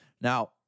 Now